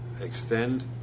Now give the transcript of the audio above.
extend